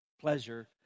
pleasure